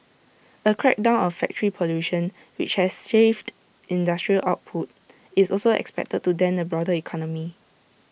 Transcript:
A crackdown on factory pollution which has shaved industrial output is also expected to dent the broader economy